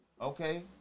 Okay